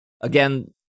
again